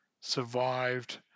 survived